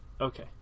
okay